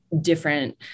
different